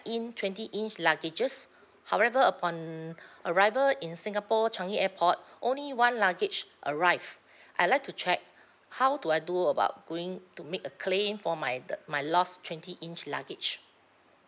in twenty inch luggages however upon arrival in singapore changi airport only one luggage arrived I'd like to check how do I do about going to make a claim for my the my lost twenty inch luggage